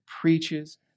preaches